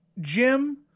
Jim